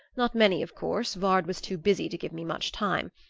not many, of course vard was too busy to give me much time.